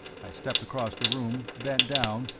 i stepped across the room, bent down,